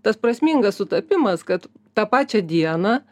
tas prasmingas sutapimas kad tą pačią dieną